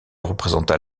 représenta